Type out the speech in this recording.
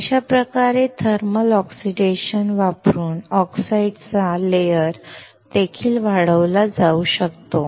अशा प्रकारे thermal oxidation वापरून ऑक्साईडचा पातळ थर देखील वाढविला जाऊ शकतो